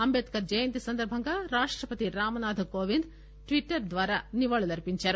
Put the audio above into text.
అంబేద్కర్ జయంతి సందర్బంగా రాష్టపతి రాంనాథ్ కోవింద్ ట్విట్టర్ ద్వారా నివాళులర్పించారు